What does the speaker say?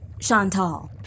Chantal